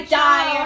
die